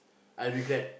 I regret